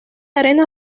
arena